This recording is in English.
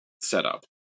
Setup